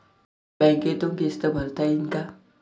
बँकेतून किस्त भरता येईन का?